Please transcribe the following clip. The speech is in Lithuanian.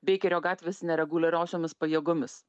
beikerio gatvės nereguliariosiomis pajėgomis